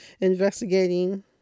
investigating